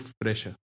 pressure